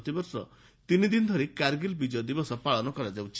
ପ୍ରତିବର୍ଷ ତିନିଦିନ ଧରି କାର୍ଗିଲ୍ ବିଜୟ ଦିବସ ପାଳନ କରାଯାଉଛି